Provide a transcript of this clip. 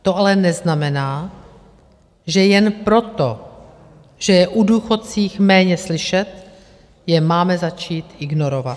To ale neznamená, že jen proto, že je o důchodcích méně slyšet, je máme začít ignorovat.